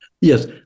yes